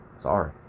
Sorry